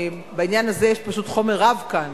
בעניין הזה יש פשוט חומר רב כאן.